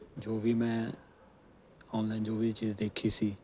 ਜੋ ਵੀ ਮੈਂ ਔਨਲਾਈਨ ਜੋ ਵੀ ਦੇਖੀ ਸੀ